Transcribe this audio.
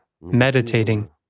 meditating